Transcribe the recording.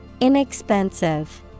inexpensive